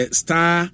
star